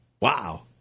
Wow